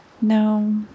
No